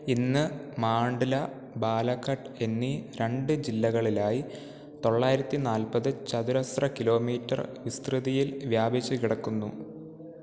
ഇന്ന് മാണ്ട്ല ബാലഘട്ട് എന്നീ രണ്ട് ജില്ലകളിലായി തൊള്ളായിരത്തി നാല്പത് ചതുരശ്ര കിലോമീറ്റർ വിസ്തൃതിയിൽ വ്യാപിച്ച് കിടക്കുന്നു